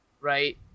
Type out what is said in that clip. right